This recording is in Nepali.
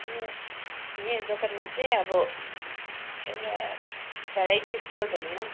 मे मेरो दोकानमा चाहिँ अब एउटा भेराइटी स्टोर भनौँ न